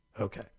Okay